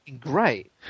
great